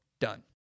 done